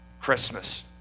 Christmas